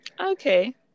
Okay